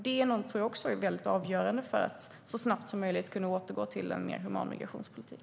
Detta tror jag också är väldigt avgörande för att så snabbt som möjligt kunna återgå till en mer human migrationspolitik.